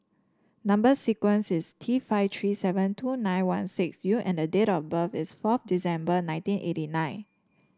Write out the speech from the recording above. number sequence is T five three seven two nine one six U and date of birth is forth December nineteen eighty nine